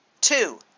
Two